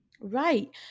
Right